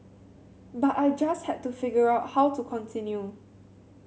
but I just had to figure out how to continue